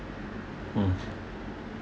mm